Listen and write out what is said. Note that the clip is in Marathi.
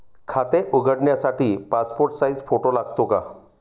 खाते उघडण्यासाठी पासपोर्ट साइज फोटो लागतो का?